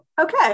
okay